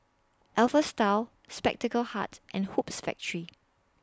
Alpha Style Spectacle Hut and Hoops Factory